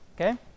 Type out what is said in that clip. okay